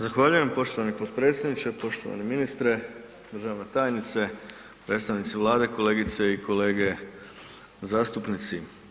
Zahvaljujem poštovani potpredsjedniče, poštovani ministre, državna tajnice, predstavnici Vlade, kolegice i kolege zastupnici.